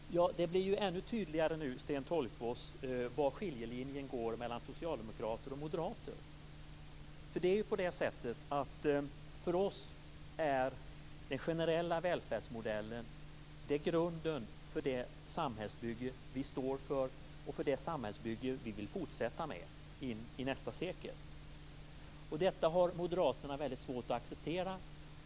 Herr talman! Det blir ännu tydligare nu, Sten Tolgfors, var skiljelinjen går mellan socialdemokrater och moderater. För oss är den generella välfärdsmodellen grunden för det samhällsbygge som vi står för och för det samhällsbygge vi vill fortsätta med in i nästa sekel. Detta har moderaterna mycket svårt att acceptera.